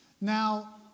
Now